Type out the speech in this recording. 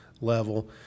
level